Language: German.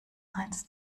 eins